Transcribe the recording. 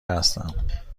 هستم